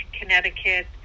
Connecticut